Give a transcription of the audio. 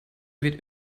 weht